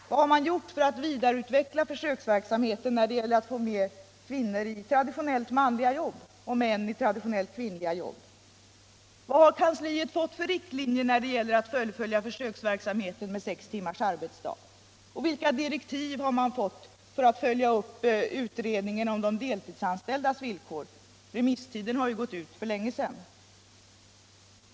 Vad har man gjort för att vidareutveckla försöksverksamheten när det gäller att få mer kvinnor i traditionellt manliga jobb och män i traditionellt kvinnliga jobb? Vad har kansliet fått för riktlinjer när det gäller att fullfölja försöksverksamheten med sex timmars arbetsdag? Och vilka direktiv har man fått för att följa upp utredningen om de deltidsanställdas villkor? Remisstiden har ju gått ut för länge sedan.